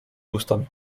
ustami